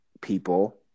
people